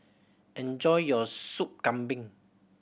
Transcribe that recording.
enjoy your Sup Kambing